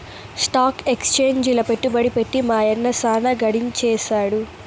stock ఎక్సేంజిల పెట్టుబడి పెట్టి మా యన్న సాన గడించేసాడు